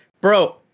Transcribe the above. Bro